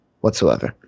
whatsoever